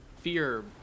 fear